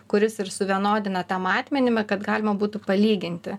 kuris ir suvienodina tą matmenį kad galima būtų palyginti